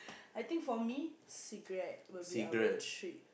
I think for me cigarette will be our treat